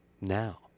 now